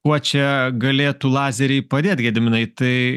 kuo čia galėtų lazeriai padėt gediminai tai